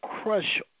crush